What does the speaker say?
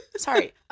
Sorry